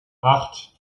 acht